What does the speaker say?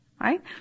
Right